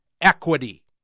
equity